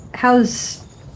How's